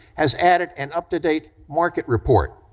has added an up to date market report.